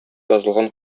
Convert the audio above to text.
язылган